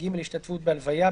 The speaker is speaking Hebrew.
(ג)השתתפות בהלוויה,